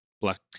black